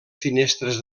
finestres